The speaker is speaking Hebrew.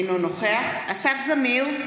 אינו נוכח אסף זמיר,